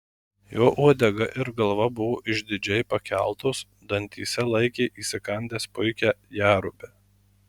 jo uodega ir galva buvo išdidžiai pakeltos dantyse laikė įsikandęs puikią jerubę